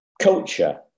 culture